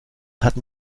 hatten